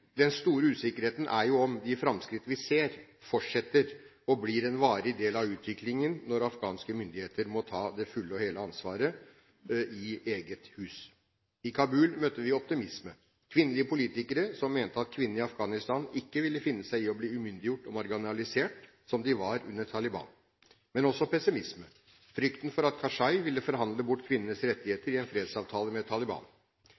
Den store usikkerheten er jo om de framskritt vi ser, fortsetter og blir en varig del av utviklingen når afghanske myndigheter må ta det fulle og hele ansvaret i eget hus. I Kabul møtte vi optimisme – kvinnelige politikere som mente at kvinnene i Afghanistan ikke ville finne seg i å bli umyndigjort og marginalisert, som de var under Taliban – men også pessimisme, frykten for at Karzai ville forhandle bort kvinnenes rettigheter i en fredsavtale med Taliban.